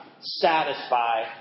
satisfy